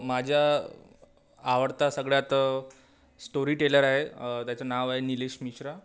माझ्या आवडता सगळ्यात स्टोरी टेलर आहे त्याचं नाव आहे निलेश मिश्रा